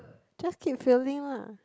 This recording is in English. just keep failing lah